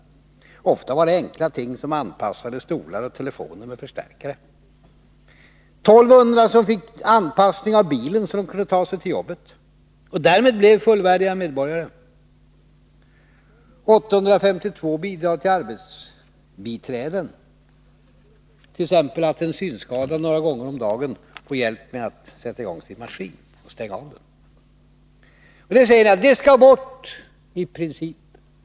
Ofta var det enkla ting som behövdes, såsom anpassade stolar och telefoner med förstärkare. Det var 1 200 som fick bilen anpassad så att de kunde ta sig till jobbet och därmed bli fullvärdiga medborgare, det var 852 som fick bidrag till arbetsbiträden, exempelvis så att en synskadad några gånger om dagen får hjälp med att sätta i gång sin maskin resp. stänga av den. Men ni säger: Det skall bort i princip.